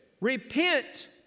repent